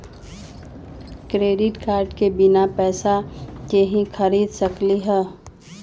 Credit card से बिना पैसे के ही खरीद सकली ह?